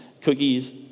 cookies